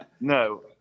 No